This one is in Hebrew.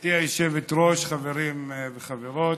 גברתי היושבת-ראש, חברים וחברות,